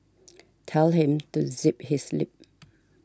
tell him to zip his lip